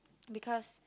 because